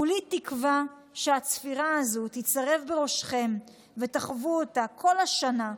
כולי תקווה שהצפירה הזו תיצרב בראשכם ותחוו אותה כל השנה,